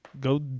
Go